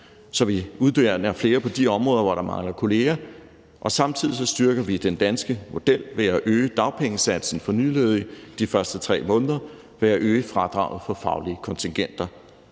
så vi uddanner flere på de områder, hvor der mangler kolleger. Samtidig styrker vi den danske model ved at øge dagpengesatsen for nyledige de første 3 måneder ved at øge fradraget for faglige kontingenter.